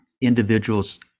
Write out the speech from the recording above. individuals